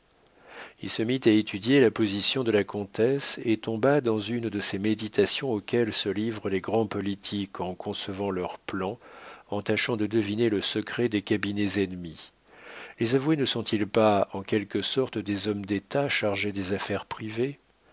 il se mit à étudier la position de la comtesse et tomba dans une de ces méditations auxquelles se livrent les grands politiques en concevant leurs plans en tâchant de deviner le secret des cabinets ennemis les avoués ne sont-ils pas en quelque sorte des hommes d'état chargés des affaires privées